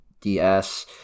DS